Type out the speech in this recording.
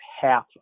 half